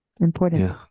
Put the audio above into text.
Important